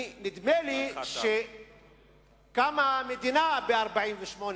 נדמה שקמה מדינה ב-1948,